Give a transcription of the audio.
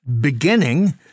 beginning